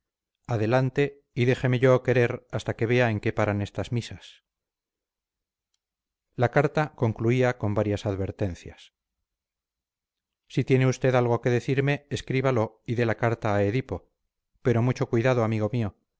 adelante y déjeme yo querer hasta que vea en qué paran estas misas la carta concluía con varias advertencias si tiene usted algo que decirme escríbalo y dé la carta a edipo pero mucho cuidado amigo mío